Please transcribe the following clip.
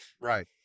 Right